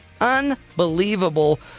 Unbelievable